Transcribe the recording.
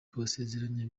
kubasezeranya